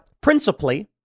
principally